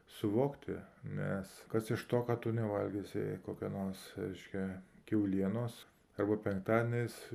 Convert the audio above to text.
suvokti nes kas iš to kad tu nevalgysi kokią nors reiškia kiaulienos arba penktadieniais